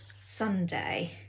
Sunday